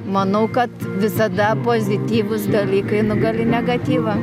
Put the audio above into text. manau kad visada pozityvūs dalykai nugali negatyvą